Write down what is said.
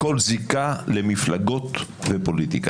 -- מכיוון שבית המשפט היה הדרך שלהם למרות שהיו מיעוט לשלוט בכל מה